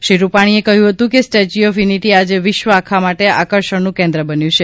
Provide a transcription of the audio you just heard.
શ્રી રૂપાણીએ કહ્યું હતું કે સ્ટેચ્યુ ઓફ યુનિટી આજે વિશ્વ આખા માટે આકર્ષણનું કેન્દ્ર બન્યું છે